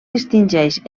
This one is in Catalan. distingeix